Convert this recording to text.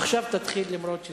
עכשיו, תתחיל, למרות זה.